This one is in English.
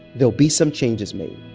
there'll be some changes made.